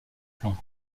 plan